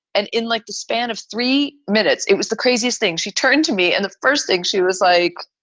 and in like the span of three minutes, it was the craziest thing. she turned to me. and the first thing she was like,